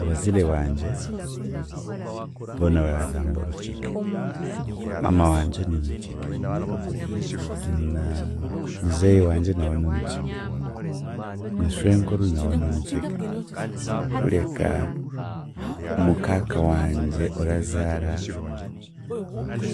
Abaziire bangye boona baragamba Orukiga. Maama wangye n'Omukiga, na Muzei wangye nawe n'Omukiga na Shwenkuru nawe n'Omukiga kureka Mukaaka wangye orazaara